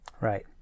Right